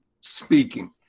speaking